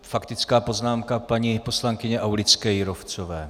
Faktická poznámka paní poslankyně Aulické Jírovcové.